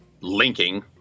linking